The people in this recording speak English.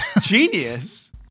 genius